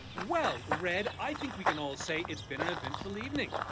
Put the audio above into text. well, red, i think we can all say it's been an eventful evening,